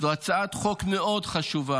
זו הצעת החוק מאוד חשובה.